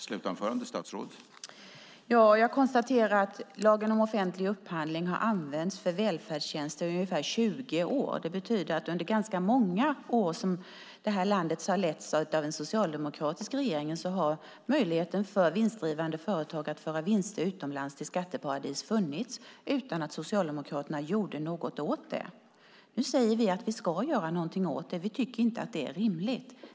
Herr talman! Jag konstaterar att lagen om offentlig upphandling har använts för välfärdstjänster i ungefär 20 år. Det betyder att under ganska många år som detta land har letts av en socialdemokratisk regering har möjligheten för vinstdrivande företag att föra vinster utomlands till skatteparadis funnits utan att Socialdemokraterna gjorde något åt det. Nu säger vi att vi ska göra någonting åt det. Vi tycker inte att det här är rimligt.